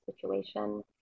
situation